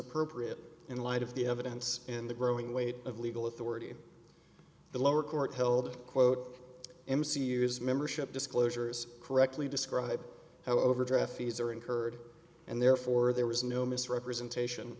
appropriate in light of the evidence in the growing weight of legal authority the lower court held quote m c use membership disclosures correctly describe how overdraft fees are incurred and therefore there was no misrepresentation